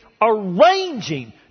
arranging